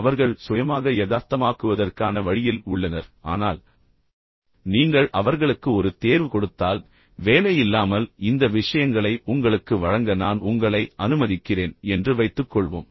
அவர்கள் சுயமாக யதார்த்தமாக்குவதற்கான வழியில் உள்ளனர் ஆனால் நீங்கள் அவர்களுக்கு ஒரு தேர்வு கொடுத்தால் வேலை இல்லாமல் இந்த விஷயங்களை உங்களுக்கு வழங்க நான் உங்களை அனுமதிக்கிறேன் என்று வைத்துக்கொள்வோம்